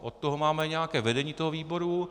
Od toho máme nějaké vedení toho výboru.